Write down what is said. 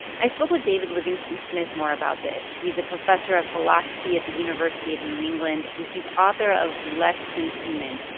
i spoke with david livingstone smith more about this. he's a professor of philosophy at the university of new england. and he's author of less than human,